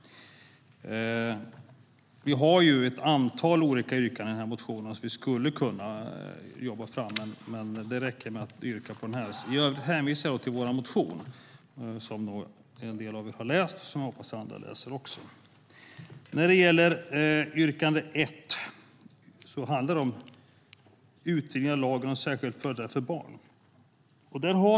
Vi har ju ett antal olika yrkanden i motionen vi skulle kunna jobba fram, men det räcker med att yrka på detta. Jag hänvisar till vår motion, som en del av er har läst och som jag hoppas att också andra läser. När det gäller yrkande 1 handlar det om utvidgning av lagen om särskilda företrädare för barn.